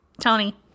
tony